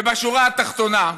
ובשורה התחתונה,